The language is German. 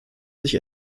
sich